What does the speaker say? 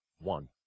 one